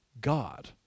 God